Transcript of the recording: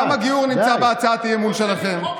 גם הגיור נמצא בהצעת האי-אמון שלכם.